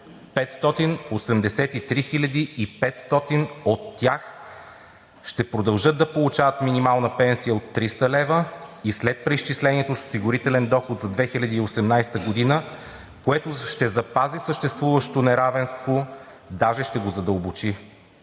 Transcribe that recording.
583 500 от тях ще продължат да получават минимална пенсия от 300 лв. и след преизчислението с осигурителен доход за 2018 г., което ще запази съществуващото неравенство, даже ще го задълбочи.